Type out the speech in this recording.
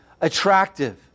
attractive